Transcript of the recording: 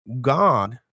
God